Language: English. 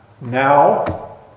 now